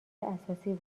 اساسی